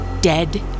Dead